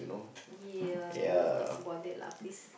ya don't talk about that lah please